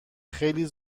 خیلی